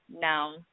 now